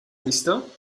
visto